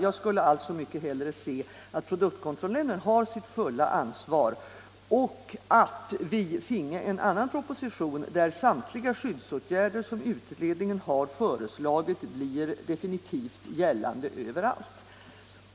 Jag skulle alltså mycket hellre se att produktkontrollnämnden har sitt fulla ansvar och att vi får en annan proposition där samtliga skyddsåtgärder som utredningen har föreslagit blir definitivt gällande överallt.